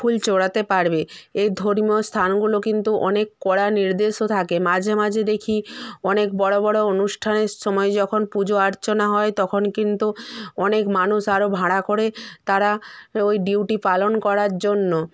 ফুল চাপাতে পারবে এই ধর্মীয় স্থানগুলো কিন্তু অনেক কড়া নির্দেশও থাকে মাঝে মাঝে দেখি অনেক বড়ো বড়ো অনুষ্ঠানের সময় যখন পুজো আর্চনা হয় তখন কিন্তু অনেক মানুষ আরো ভাড়া করে তারা ওই ডিউটি পালন করার জন্য